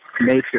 nature